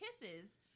kisses